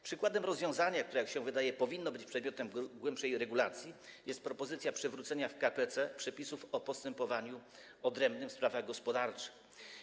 Przykładem rozwiązania, które, jak się wydaje, powinno być przedmiotem głębszej regulacji, jest propozycja przywrócenia w k.p.c. przepisów o postępowaniu odrębnym w sprawach gospodarczych.